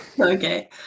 Okay